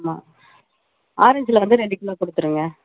ஆமாம் ஆரஞ்சில் வந்து ரெண்டு கிலோ கொடுத்துருங்க